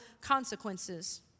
consequences